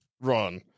run